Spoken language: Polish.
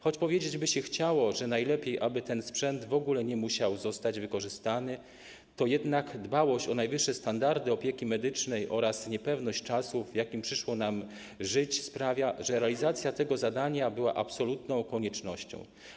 Choć powiedzieć by się chciało, że najlepiej, aby ten sprzęt w ogóle nie musiał zostać wykorzystany, to jednak dbałość o najwyższe standardy opieki medycznej oraz niepewność czasów, w jakich przyszło nam żyć, sprawiają, że realizacja tego zadania była absolutną koniecznością.